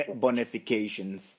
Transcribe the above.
Bonifications